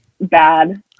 bad